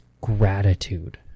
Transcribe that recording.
gratitude